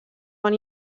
van